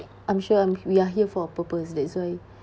I'm sure we are here for a purpose that's why